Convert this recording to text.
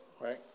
right